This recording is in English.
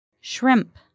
Shrimp